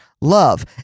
love